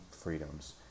Freedoms